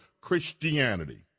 Christianity